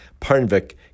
Parnvik